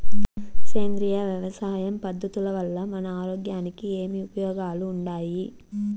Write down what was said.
సేంద్రియ వ్యవసాయం పద్ధతుల వల్ల మన ఆరోగ్యానికి ఏమి ఉపయోగాలు వుండాయి?